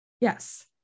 Yes